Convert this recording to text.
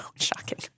shocking